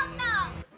no!